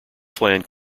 planned